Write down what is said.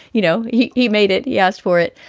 you know, he he made it. he asked for it.